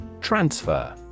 Transfer